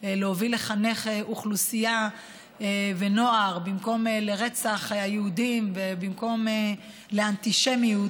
להוביל לחינוך אוכלוסייה ונוער במקום לרצח היהודים ובמקום אנטישמיות,